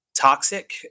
toxic